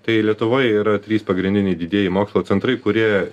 tai lietuvoje yra trys pagrindiniai didieji mokslo centrai kurie